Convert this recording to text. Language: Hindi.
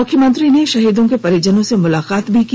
मुख्यमंत्री ने शहीदों के परिजनों से मुलाकात भी की